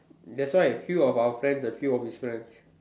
that's why few of our friends and few of his friends